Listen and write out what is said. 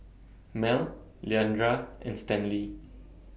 Mel Leandra and Stanley